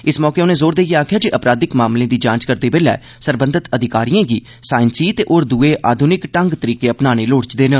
इस मौके उनें जोर देइयै आखेआ जे अपराधिक मामलें दी जांच करदे बेल्लै सरबंघत अधिकारिए गी साईसी ते होर दुए आधुनिक ढंग तरीके अपनाने लोड़चदे न